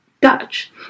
Dutch